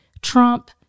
Trump